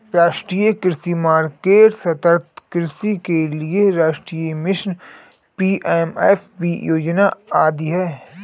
राष्ट्रीय कृषि मार्केट, सतत् कृषि के लिए राष्ट्रीय मिशन, पी.एम.एफ.बी योजना आदि है